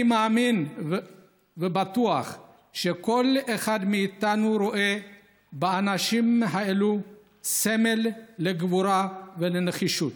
אני מאמין ובטוח שכל אחד מאיתנו רואה באנשים האלה סמל לגבורה ולנחישות.